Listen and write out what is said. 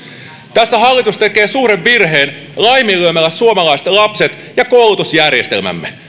tässä hallitus tekee suuren virheen laiminlyömällä suomalaiset lapset ja koulutusjärjestelmämme